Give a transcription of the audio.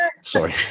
sorry